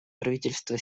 правительство